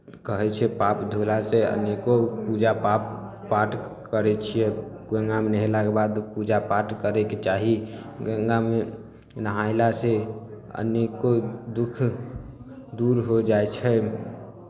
कहै छै पाप धोलासँ अनेको पूजा पाप पाठ करै छियै गङ्गामे नहेलाके बाद पूजा पाठ करयके चाही गङ्गामे नहयलासँ अनेको दुःख दूर हो जाइ छै